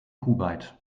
kuwait